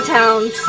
Towns